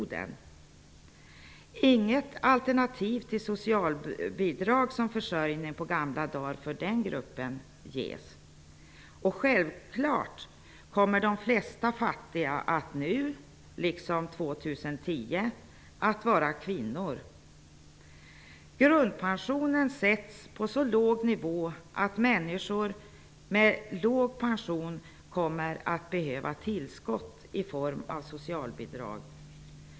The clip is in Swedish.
För den gruppen ges inget alternativ till socialbidrag som försäkring på gamla dagar. Självklart kommer de flesta fattiga år 2010 likaväl som nu att vara kvinnor. Grundpensionen får en så låg nivå att människor med liten pension kommer att behöva tillskott i form av socialbidrag.